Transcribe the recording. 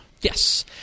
Yes